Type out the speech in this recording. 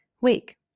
week